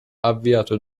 avviato